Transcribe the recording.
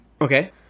Okay